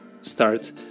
start